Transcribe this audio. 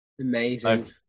Amazing